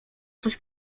coś